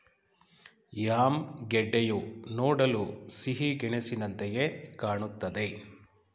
yam ಗೆಡ್ಡೆಯು ನೋಡಲು ಸಿಹಿಗೆಣಸಿನಂತೆಯೆ ಕಾಣುತ್ತದೆ